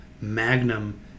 Magnum